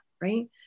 right